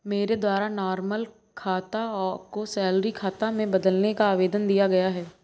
मेरे द्वारा नॉर्मल खाता को सैलरी खाता में बदलने का आवेदन दिया गया